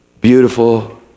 beautiful